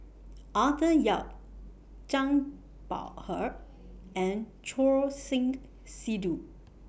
Arthur Yap Zhang Bohe and Choor Singh Sidhu